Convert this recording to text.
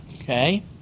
okay